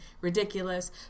ridiculous